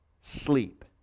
sleep